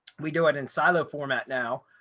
we do it in silo format now.